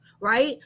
Right